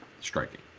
striking